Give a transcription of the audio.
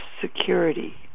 security